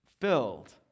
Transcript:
Filled